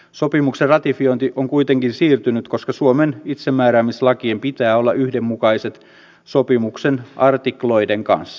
sopimuksen ratifiointi on kuitenkin siirtynyt koska suomen itsemääräämisoikeuslakien pitää olla yhdenmukaiset sopimuksen artikloiden kanssa